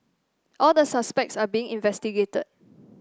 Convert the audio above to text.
all the suspects are being investigated